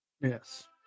Yes